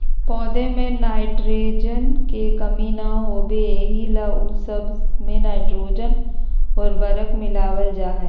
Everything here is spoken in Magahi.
पौध में नाइट्रोजन के कमी न होबे एहि ला उ सब मे नाइट्रोजन उर्वरक मिलावल जा हइ